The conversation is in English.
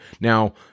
Now